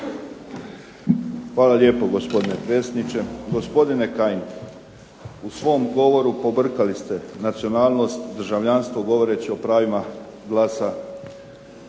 Hvala lijepo gospodine predsjedniče. Gospodine Kajin u svom govoru pobrkali ste državljanstvo, nacionalnost, govoreći o pravima glasa